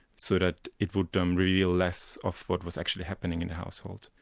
so that it would um reveal less of what was actually happening in the household.